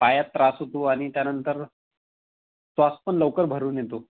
पायात त्रास होतो आणि त्यानंतर श्वास पण लवकर भरून येतो